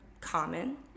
common